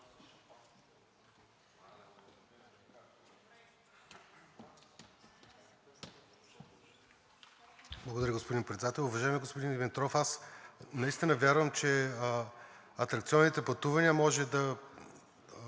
Благодаря, господин Председател. Уважаеми господин Димитров, аз наистина вярвам, че атракционните пътувания може да